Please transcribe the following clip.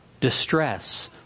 distress